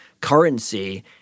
currency